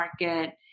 market